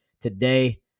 Today